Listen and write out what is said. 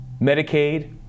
Medicaid